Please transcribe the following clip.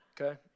Okay